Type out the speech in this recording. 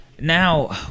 Now